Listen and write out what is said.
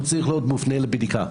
הוא צריך להיות מופנה לבדיקה.